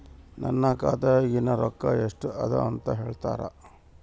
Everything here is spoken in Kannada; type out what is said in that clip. ನನ್ನ ಖಾತೆಯಾಗಿನ ರೊಕ್ಕ ಎಷ್ಟು ಅದಾ ಅಂತಾ ಹೇಳುತ್ತೇರಾ?